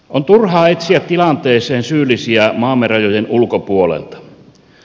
on turhaa etsiä tilanteeseen syyllisiä maamme rajojen ulkopuolelta